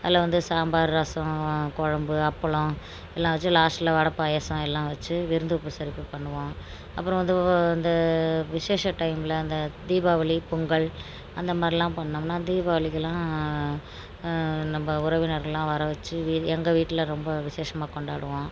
அதில் வந்து சாம்பார் ரசம் குழம்பு அப்பளம் எல்லாம் வச்சு லாஸ்ட்டில் வடை பாயாசம் எல்லாம் வச்சு விருந்து உபசரிப்பு பண்ணுவோம் அப்புறம் வந்து இந்த விசேஷ டைமில் அந்த தீபாவளி பொங்கல் அந்த மாதிரிலாம் பண்ணோம்னா தீபாவளிக்கெலாம் நம்ம உறவினர்கள்லாம் வரவச்சு வி எங்கள் வீட்டில் ரொம்ப விசேஷமாக கொண்டாடுவோம்